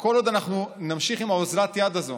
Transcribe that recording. וכל עוד אנחנו נמשיך עם אוזלת היד הזו